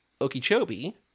Okeechobee